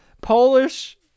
Polish